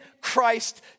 Christ